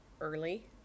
early